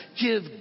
give